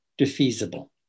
defeasible